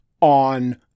on